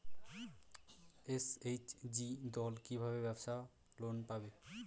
SHG দল কী ভাবে ব্যাবসা লোন পাবে?